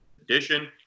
edition